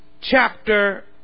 chapter